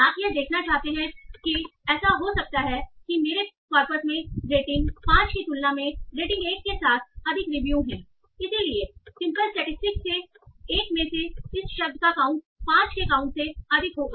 आप यह देखना चाहते हैं कि ऐसा हो सकता है कि मेरे कॉर्पस में रेटिंग 5 की तुलना में रेटिंग 1 के साथ अधिक रिव्यू हैं इसलिए सिंपल स्टैटिसटिक्स से 1 में इस शब्द का काउंट 5 के काउंट से अधिक होगी